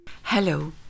Hello